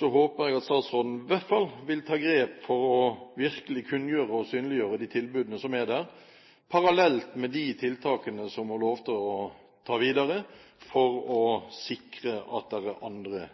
håper jeg at statsråden i hvert fall vil ta grep for virkelig å kunngjøre og synliggjøre de tilbudene som er der, parallelt med de tiltakene som hun lovte å ta videre for å sikre at det er andre